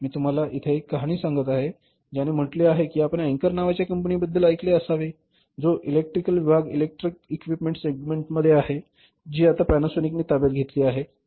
मी तुम्हाला इथे एक कहाणी सांगत आहे ज्याने म्हटले आहे की आपण अँकर नावाच्या कंपनीबद्दल ऐकले असावे जो इलेक्ट्रिकल विभाग इलेक्ट्रिकल इक्विपमेंट सेगमेंटमध्ये आहे जी आता पॅनासॉनिकने ताब्यात घेतली आहे